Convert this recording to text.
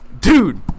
dude